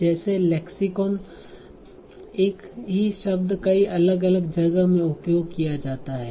जैसे लेक्सिकोन एक ही शब्द कई अलग अलग जगह में उपयोग किया जाता है